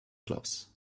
clubs